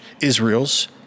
Israel's